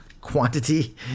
quantity